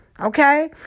Okay